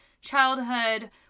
childhood